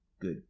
good